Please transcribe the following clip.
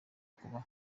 kuba